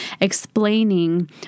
explaining